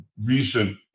recent